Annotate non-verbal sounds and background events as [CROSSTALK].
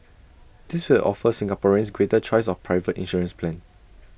[NOISE] this will offer Singaporeans greater choice of private insurance plans